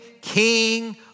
king